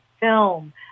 film